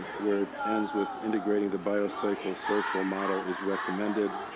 where it ends with, integrating the biopsychosocial model is recommended,